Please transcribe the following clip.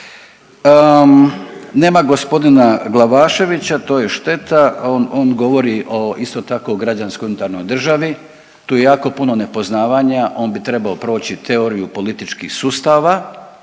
Nema gospodina Glavaševića to je šteta. On, on govori o isto tako građanskoj unutarnjoj državi. Tu je jako puno nepoznavanja, on bi trebao proći teoriju političkih sustava